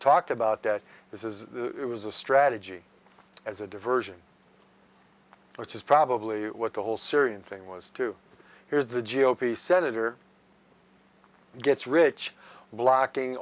talked about that this is it was a strategy as a diversion which is probably what the whole syrian thing was to here's the g o p senator gets rich blocking